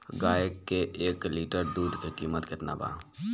गाए के एक लीटर दूध के कीमत केतना बा?